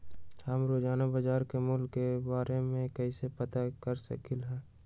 हम रोजाना बाजार के मूल्य के के बारे में कैसे पता कर सकली ह?